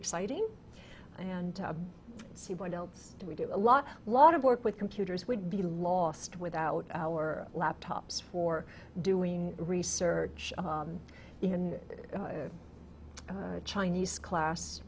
exciting and to see what else do we do a lot lot of work with computers would be lost without our laptops for doing research in chinese class